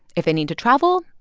if they need to travel,